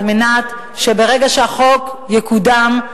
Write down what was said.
על מנת שברגע שהחוק יקודם,